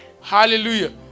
Hallelujah